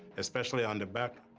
especially on the back,